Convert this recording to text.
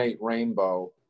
Rainbow